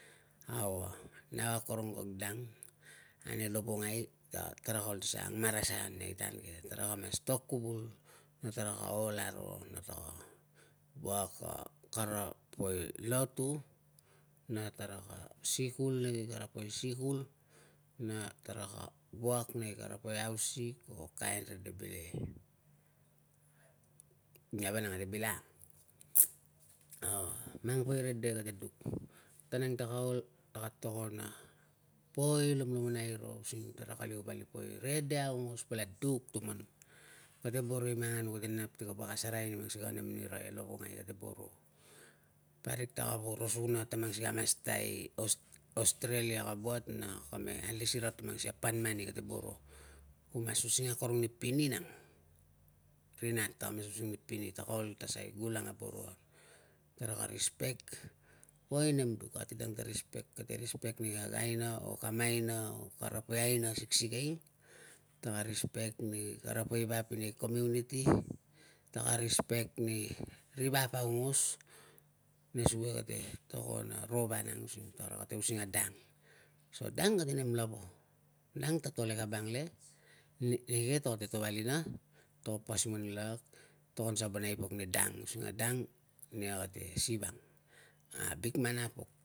Au, nau akorong, kag dang ane lovongai ta taraka ol ta ang marasaian nei tan ke. Tara ka mas to kuvul na taraka ol aro na tara wak na kara poi lotu na taraka sikul nei kara poi sikul na taraka wak nei kara poi hausik or kain rede bilege, ninia vanang kate bilangang. Au mang poi rede kate tung, tan ang taka ol, taka tokon a poi lomlomonai ro using taraka liu vali poi rede aungos vala duk tuman. Kate boro i manganu kate nap ti ka pakasereai ni mang sikai a nem nira e lovongai, kate boro. Parik taka po ro suna ta mang sikai a masta i aus- australia ka buat na ka me alis ira ta mang sikai a pan mani, kate boro. Ku mas using akorong ni pini nang. Ri nat ta mas using ni pini. Ta ka ol ta suai gulang an, boro, tara ka respect poi nem ke. Ate dang ta respect, kate respect ni kag aina, o kam aina o kara poi aina siksikei, taka respect ni kara poi vap nei community, taka respect ni ri vap aungos. Nesuge, kate tokon a ro vanang using tara kate using a dang. So dang kate nem lava, dang ta to le kabangle, ni- nike tara te to valina, to pasim an lak, tokon sabonai pok ni dang using a dang nia kate si vang? A bikman apok.